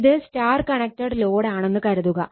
ഇത് Y connected load ആണെന്ന് കരുതുക